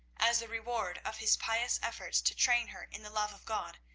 as the reward of his pious efforts to train her in the love of god,